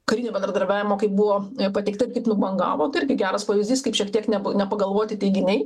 karinio bendradarbiavimo kaip buvo pateikta kaip nubangavo tai irgi geras pavyzdys kaip šiek tiek ne nepagalvoti teiginiai